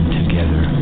together